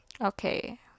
okay